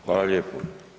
Hvala lijepo.